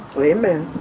amen.